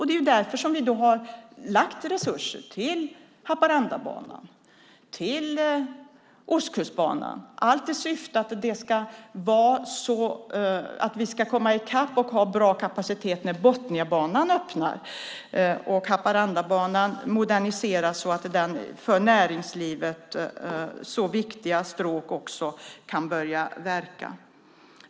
Det är därför vi har gett resurser till Haparandabanan och Ostkustbanan, allt i syfte att vi ska komma i kapp och ha bra kapacitet när Botniabanan öppnar och Haparandabanan moderniseras så att detta för näringslivet så viktiga stråk kan börja verka.